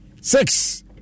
six